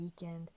weekend